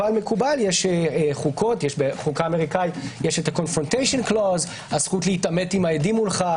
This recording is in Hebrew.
אבל בחוקה האמריקאית יש הזכות להתעמת עם העדים מולך,